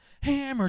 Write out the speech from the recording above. hammer